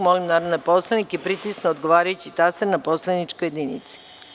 Molim narodne poslanike da pritisnu odgovarajući taster na poslaničkoj jedinici.